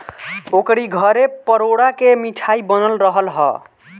ओकरी घरे परोरा के मिठाई बनल रहल हअ